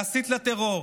להסית לטרור,